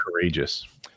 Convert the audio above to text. courageous